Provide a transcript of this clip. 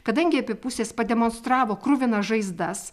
kadangi abi pusės pademonstravo kruvinas žaizdas